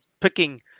picking